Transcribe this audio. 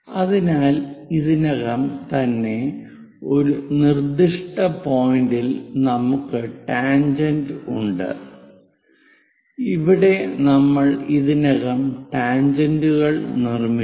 അതിനാൽ ഇതിനകം തന്നെ ഒരു നിർദ്ദിഷ്ട പോയിന്റിൽ നമുക്ക് ടാൻജെന്റ് ഉണ്ട് ഇവിടെ നമ്മൾ ഇതിനകം ടാൻജന്റുകൾ നിർമ്മിച്ചു